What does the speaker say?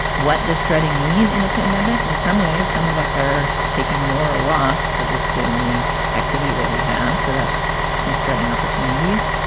what does striding mean in a pandemic? in some ways, some of us are taking more walks because it's the only activity that we have. so that's some stretching opportunities.